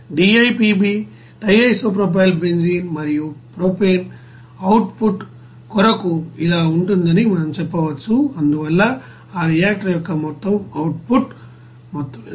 DIPBమరియు propane output కొరకు ఇలా ఉంటుందని మనం చెప్పవచ్చు అందువల్ల ఆ రియాక్టర్ యొక్క మొత్తం అవుట్ పుట్ మొత్తం ఎంత